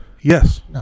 Yes